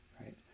Right